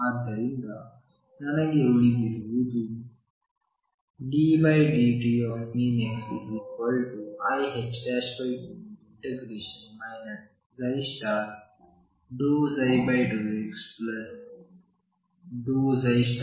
ಆದ್ದರಿಂದ ನನಗೆ ಉಳಿದಿರುವುದು ddt⟨x⟩iℏ2m∫ ∂ψ∂x∂xdx